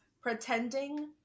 pretending